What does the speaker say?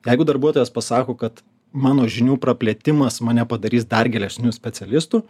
jeigu darbuotojas pasako kad mano žinių praplėtimas mane padarys dar geresniu specialistu